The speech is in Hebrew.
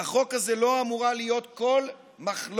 על החוק הזה לא אמורה להיות כל מחלוקת.